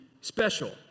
special